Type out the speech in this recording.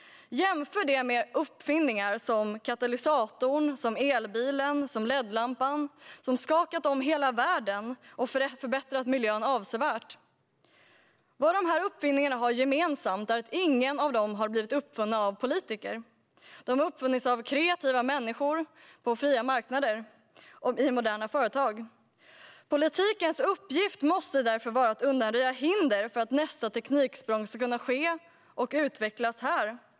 Jämför det med uppfinningar som katalysatorn, elbilen och LED-lampan som skakat om hela världen och förbättrat miljön avsevärt. Vad de uppfinningarna har gemensamt är att ingen av dem har blivit uppfunna av politiker. De har uppfunnits av kreativa människor på fria marknader och i moderna företag. Politikens uppgift måste därför vara att undanröja hinder för att nästa tekniksprång ska kunna ske och utvecklas här.